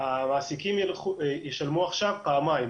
המעסיקים ישלמו עכשיו פעמיים,